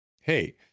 hey